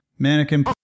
Mannequin